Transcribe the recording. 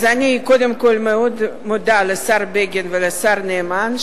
אני קודם כול מאוד מודה לשר בגין ולשר נאמן,